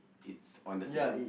it's on the sand